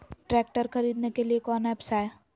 Tractor खरीदने के लिए कौन ऐप्स हाय?